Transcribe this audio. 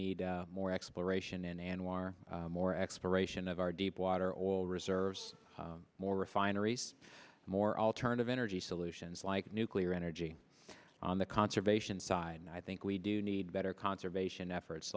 need more exploration in anwar more exploration of our deepwater oil reserves more refineries more alternative energy solutions like nuclear energy on the conservation side and i thing we do need better conservation efforts